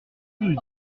rue